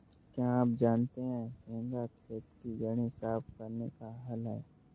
क्या आप जानते है हेंगा खेत की जड़ें साफ़ करने का हल है?